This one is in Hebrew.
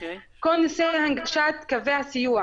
כל ניסיון הנגשת קווי הסיוע